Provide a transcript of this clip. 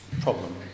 Problem